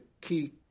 key